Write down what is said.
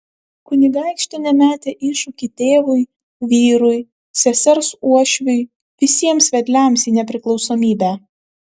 kunigaikštienė metė iššūkį tėvui vyrui sesers uošviui visiems vedliams į nepriklausomybę